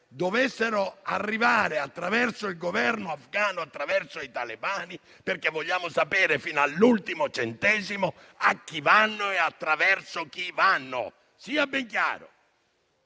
dovessero arrivare attraverso il Governo afghano, attraverso i talebani, perché vogliamo sapere fino all'ultimo centesimo a chi andranno e attraverso chi. Sia ben chiaro.